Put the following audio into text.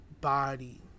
body